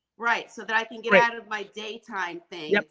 right, so that i get at it by day time thing. yeah,